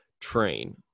train